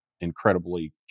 incredibly